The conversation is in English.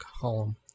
column